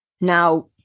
now